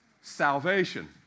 Salvation